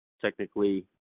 technically